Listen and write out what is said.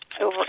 over